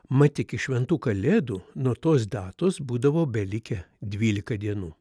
mat iki šventų kalėdų nuo tos datos būdavo belikę dvylika dienų